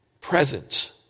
presence